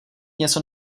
něco